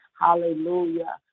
hallelujah